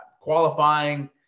Qualifying